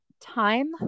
time